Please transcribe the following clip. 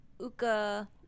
Uka